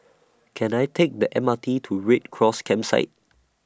Can I Take The M R T to Red Cross Campsite